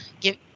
Give